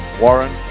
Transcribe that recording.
Warren